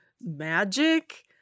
magic